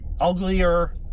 uglier